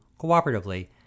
cooperatively